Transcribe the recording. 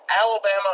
Alabama